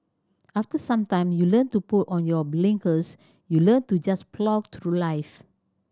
after some time you learn to put on your blinkers you learn to just plough through life